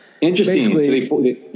interesting